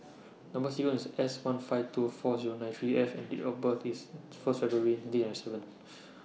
Number sequence IS S one five two four Zero nine three F and Date of birth IS First February nineteen ninety seven